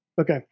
Okay